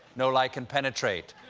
no light can penetrate.